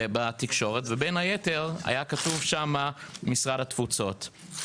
ובין היתר היה כתוב שם: משרד התפוצות.